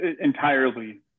Entirely